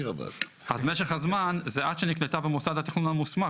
אז משך הזמן זה עד שנקלטה במוסד התכנון המוסמך,